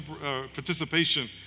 participation